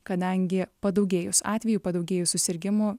kadangi padaugėjus atvejų padaugėjus susirgimų